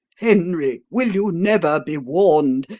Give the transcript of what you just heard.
henry, will you never be warned,